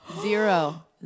Zero